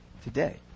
Today